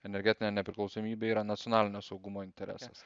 energetinė nepriklausomybė yra nacionalinio saugumo interesas